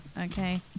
Okay